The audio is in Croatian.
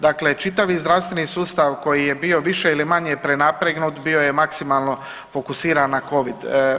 Dakle, čitavi zdravstveni sustav koji je bio više ili manje prenapregnut bio je maksimalno fokusiran na covid.